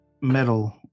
metal